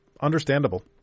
understandable